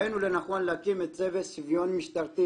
ראינו לנכון להקים את צוות שוויון משטרתי